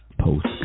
post